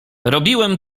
robiłem